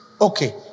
Okay